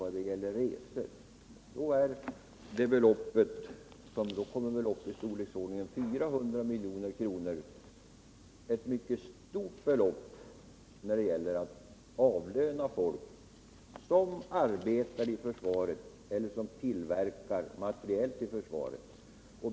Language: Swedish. Då kommer vi upp till belopp i storleksordningen 400 milj.kr., ett mycket stort belopp, för att avlöna folk som arbetar i försvaret eller som tillverkar materiel till försvaret.